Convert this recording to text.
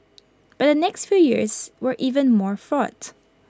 but the next few years were even more fraught